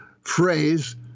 phrase